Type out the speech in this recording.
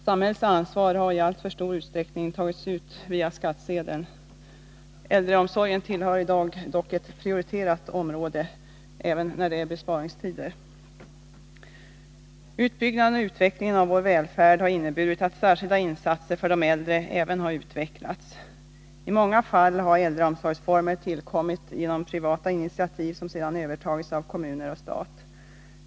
Samhällets ansvar har i alltför stor utsträckning tagits via skattsedeln. Äldreomsorgen tillhör dock ett prioriterat område även i dag, när det är besparingstider. Utbyggnaden och utvecklingen av vår välfärd har även inneburit att särskilda insatser för de äldre efter hand har gjorts. I många fall har äldreomsorgsformer tillkommit genom privata initiativ, och sedan har kommuner och stat övertagit ansvaret.